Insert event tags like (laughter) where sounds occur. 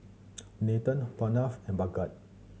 (noise) Nathan Pranav and Bhagat